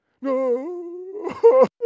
No